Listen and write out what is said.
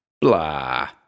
Blah